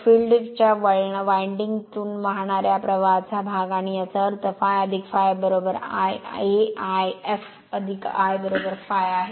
field च्या वळणा तून वाहणार्या प्रवाहाचा हा भाग आणि याचा अर्थ ∅∅ I a If I ∅ आहे